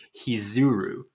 Hizuru